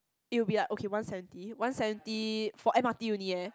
it will be like okay one seventy one seventy for M_R_T only eh